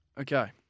Okay